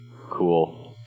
cool